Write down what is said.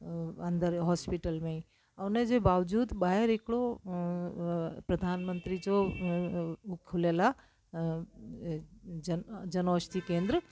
अंदरि हॉस्पिटल में ई अऊं उनजे बावज़ूदु ॿाहिरि हिकिड़ो अ प्रधानमंत्री जो खुलियल आहे अ जन औषधि केंद्र